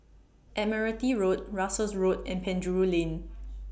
Admiralty Road Russels Road and Penjuru Lane